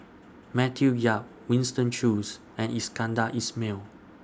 Matthew Yap Winston Choos and Iskandar Ismail